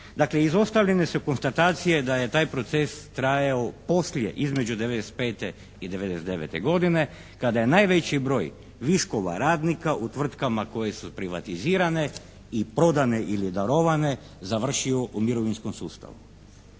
izostavljene su konstatacije da je taj proces trajao poslije, između '95. i '99. godine kada je najveći broj viškova radnika u tvrtkama koje su privatizirane i prodane ili darovane završio u mirovinskom sustavu.